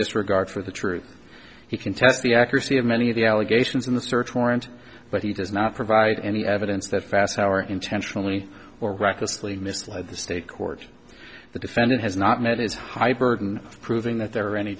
disregard for the truth he contests the accuracy of many of the allegations in the search warrant but he does not provide any evidence that fast our intentionally or recklessly misled the state court the defendant has not met his high burden of proving that there are any